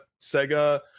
Sega